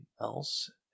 else